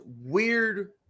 weird